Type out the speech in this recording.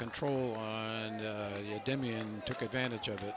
control and demi and took advantage of it